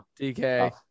DK